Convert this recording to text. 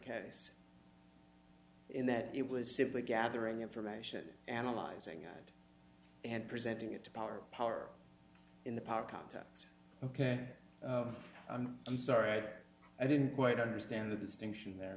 case in that it was simply gathering information analyzing it and presenting it to power power in the power context ok i'm sorry i didn't quite understand the distinction there